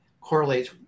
correlates